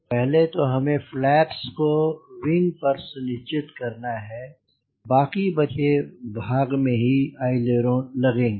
पहले तो हमें फ्लैप्स को विंग पर सुनिश्चित करना है बाकी बचे भाग में ही अइलेरों लगेंगे